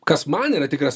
kas man yra tikras